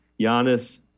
Giannis